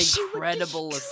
incredible